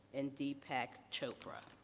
and deepak chopra.